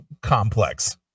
complex